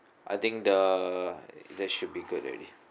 I think the that should be good already